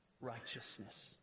righteousness